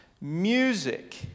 music